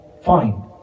fine